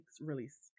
release